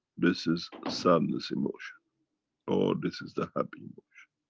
this is sadness emotion, or this is the happy emotion.